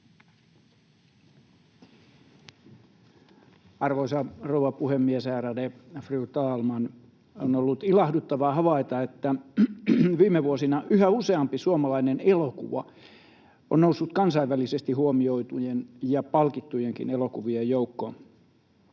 Arvoisa rouva puhemies! Ärade fru talman! On ollut ilahduttavaa havaita, että viime vuosina yhä useampi suomalainen elokuva on noussut kansainvälisesti huomioitujen ja palkittujenkin elokuvien joukkoon.